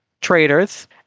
traitors